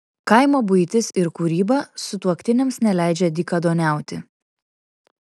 kaimo buitis ir kūryba sutuoktiniams neleidžia dykaduoniauti